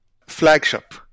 flagship